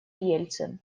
ельцин